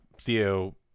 Theo